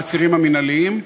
העצירים המינהליים,